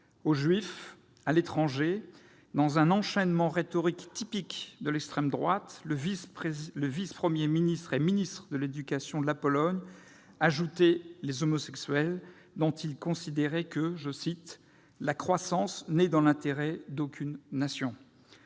Au Juif et à l'étranger, dans un enchaînement rhétorique typique de l'extrême droite, le vice-premier ministre et ministre de l'éducation de la Pologne ajoutait les homosexuels, dont il considérait que « la croissance n'est dans l'intérêt d'aucune nation ».